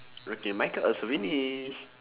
okay my card also finish